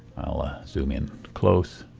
i'll ah zoom in close.